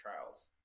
trials